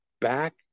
back